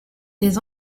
des